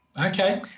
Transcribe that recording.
Okay